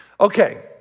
Okay